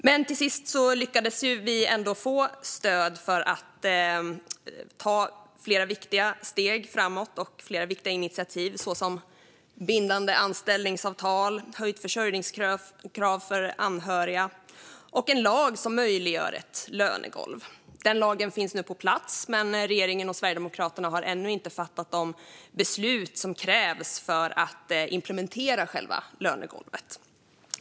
Men till slut lyckades vi få stöd för att ta flera viktiga steg framåt och flera viktiga initiativ såsom bindande anställningsavtal och höjt försörjningskrav för anhöriga och en lag som möjliggör ett lönegolv. Den lagen finns nu på plats, men regeringen och Sverigedemokraterna har ännu inte fattat de beslut som krävs för att implementera själva lönegolvet.